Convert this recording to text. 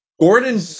Gordon